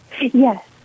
Yes